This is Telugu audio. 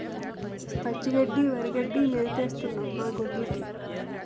పచ్చి గడ్డి వరిగడ్డి మేతేస్తన్నం మాగొడ్డ్లుకి